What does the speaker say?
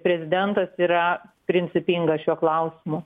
prezidentas yra principingas šiuo klausimu